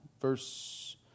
Verse